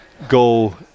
go